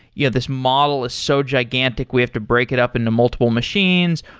yeah this model is so gigantic, we have to break it up into multiple machines,